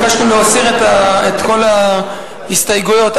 לשנות הכספים 2011